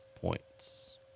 points